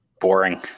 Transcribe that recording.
boring